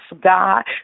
God